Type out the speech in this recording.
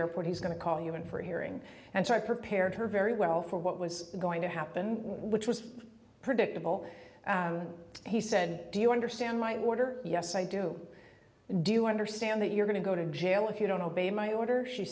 airport he's going to call you in for a hearing and so i prepared her very well for what was going to happen which was predictable he said do you understand my order yes i do do you understand that you're going to go to jail if you don't obey my orders she